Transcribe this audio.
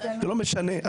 זה לא משנה.